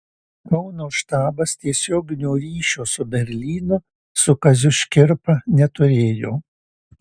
kauno štabas tiesioginio ryšio su berlynu su kaziu škirpa neturėjo